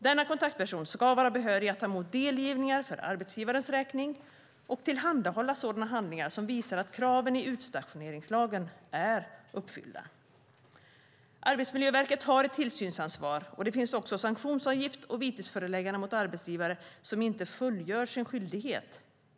Denna kontaktperson ska vara behörig att ta emot delgivningar för arbetsgivarens räkning och tillhandahålla sådana handlingar som visar att kraven i utstationeringslagen är uppfyllda. Arbetsmiljöverket har ett tillsynsansvar, och det finns sanktionsavgift och vitesföreläggande mot arbetsgivare som inte fullgör sin skyldighet.